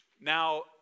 Now